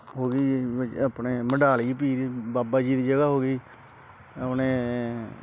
ਹੋ ਗਈ ਆਪਣੇ ਮਢਾਲੀ ਪੀਰ ਬਾਬਾ ਜੀ ਦੀ ਜਗ੍ਹਾ ਹੋ ਗਈ ਆਪਣੇ